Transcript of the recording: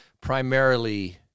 primarily